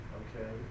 okay